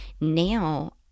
Now